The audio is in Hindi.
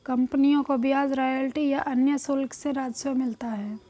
कंपनियों को ब्याज, रॉयल्टी या अन्य शुल्क से राजस्व मिलता है